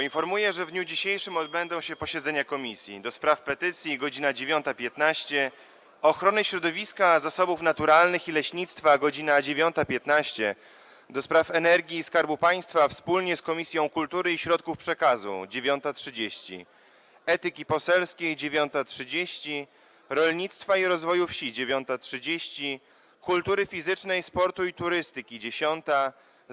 Informuję, że w dniu dzisiejszym odbędą się posiedzenia Komisji: - do Spraw Petycji - godz. 9.15, - Ochrony Środowiska, Zasobów Naturalnych i Leśnictwa - godz. 9.15, - do Spraw Energii i Skarbu Państwa wspólnie z Komisją Kultury i Środków Przekazu - godz. 9.30, - Etyki Poselskiej - godz. 9.30, - Rolnictwa i Rozwoju Wsi - godz. 9.30, - Kultury Fizycznej, Sportu i Turystyki - godz. 10,